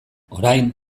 orain